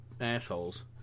assholes